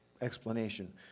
explanation